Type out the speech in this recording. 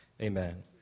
Amen